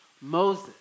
Moses